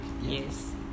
yes